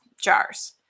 jars